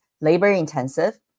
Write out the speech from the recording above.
labor-intensive